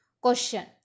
Question